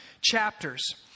chapters